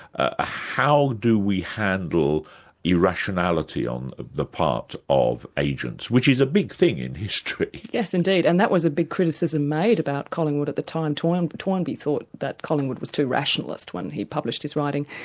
ah how do we handle irrationality on the part of agents, which is a big thing in history? yes indeed, and that was a big criticism made about collingwood at the time. toynbee toynbee thought that collingwood was too rationalist when he published his writing,